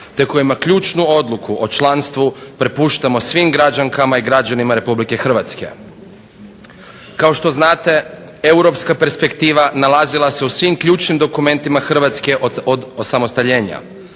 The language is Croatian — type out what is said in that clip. te kojima ključnu odluku o članstvu prepuštamo svim građankama i građanima Republike Hrvatske. Kao što znate, europska perspektiva nalazila se u svim ključnim dokumentima Hrvatske od osamostaljenja,